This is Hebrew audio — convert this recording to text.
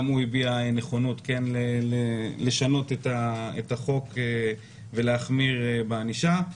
הוא הביע כן נכונות לשנות את החוק הזה ולהחמיר בענישה.